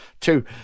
Two